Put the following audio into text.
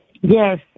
Yes